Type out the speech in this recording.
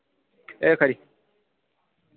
एह् खरी